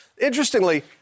Interestingly